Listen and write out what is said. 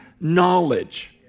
knowledge